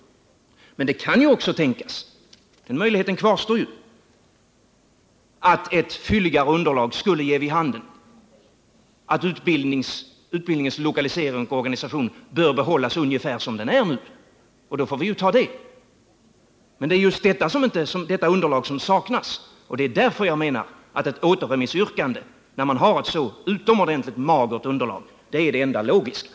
Men det kan också tänkas — och den möjligheten kvarstår — att ett fylligare underlag skulle ge vid handen att utbildningens lokalisering och organisation bör behållas ungefär som den är nu, och då får vi ju ta det beslutet. Det är emellertid just detta underlag som saknas, och det är därför som jag menar att ett återremissyrkande, när man nu har ett så utomordentligt magert underlag, är det enda logiska.